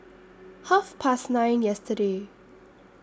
Half Past nine yesterday